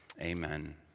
Amen